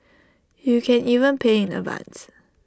you can even pay in advance